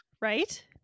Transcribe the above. right